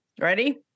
ready